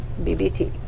BBT